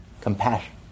compassion